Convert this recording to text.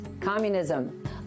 communism